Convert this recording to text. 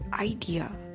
idea